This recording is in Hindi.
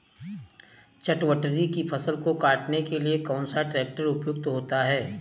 चटवटरी की फसल को काटने के लिए कौन सा ट्रैक्टर उपयुक्त होता है?